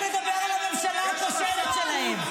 יש אוטובוסים.